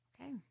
Okay